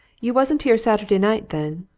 you wasn't here saturday night, then?